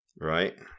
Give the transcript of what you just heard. Right